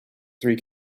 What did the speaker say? three